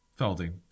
Felding